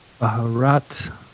Bharat